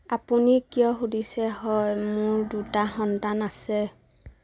আপুনি কিয় সুধিছে হয় মোৰ দুটা সন্তান আছে